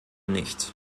nicht